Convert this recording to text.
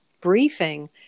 briefing